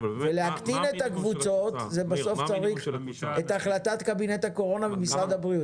כדי להקטין את הקבוצות צריך את החלטת קבינט הקורונה ומשרד הבריאות.